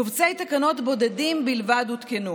קובצי תקנות בודדים בלבד הותקנו.